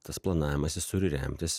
tas planavimas jis turi remtis